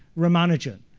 ramanujan.